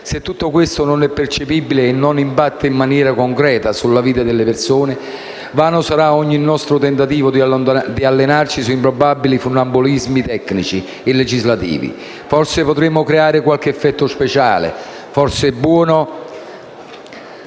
Se tutto questo non è percepibile e non impatta in maniera concreta sulla vita delle persone, sarà vano ogni nostro tentativo di allenarci su improbabili funambolismi tecnici e legislativi. Forse potremo creare qualche effetto speciale, buono